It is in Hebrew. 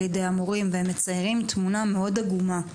ידי ההורים והם מציירים תמונה מאוד עגומה.